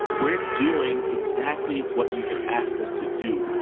we're doing exactly what you have asked us to do